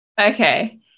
Okay